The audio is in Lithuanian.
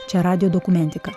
čia radijo dokumentika